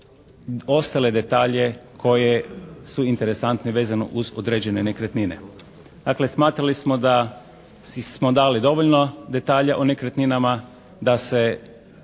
ostale detalje koje su interesantni vezano uz određene nekretnine. Dakle, smatrali smo da smo dali dovoljno detalja o nekretninama, da se